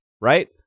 right